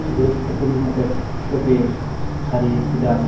গুরুত্বপূর্ণ ব্যক্তিত্বকে হারিয়েছিলাম